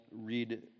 read